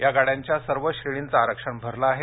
या गाड्यांच्या सर्व श्रेणींचं आरक्षण भरलं आहे